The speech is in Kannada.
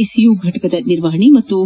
ಐಸಿಯು ಫಟಕದ ನಿರ್ವಹಣೆ ಹಾಗೂ